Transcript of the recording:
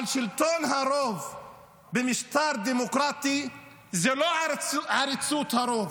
אבל שלטון הרוב במשטר דמוקרטי זה לא עריצות הרוב.